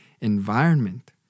environment